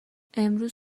امروز